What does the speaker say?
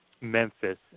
memphis